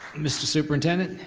mr. superintendent?